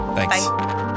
Thanks